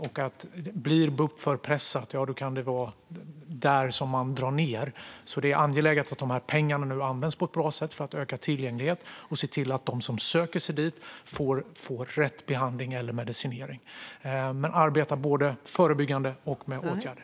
Om bup blir alltför pressat kan det vara där man drar ned, så det är angeläget att dessa pengar nu används på ett bra sätt för att öka tillgängligheten och se till att de som söker sig dit får rätt behandling eller medicinering. Det gäller att arbeta både förebyggande och med åtgärder.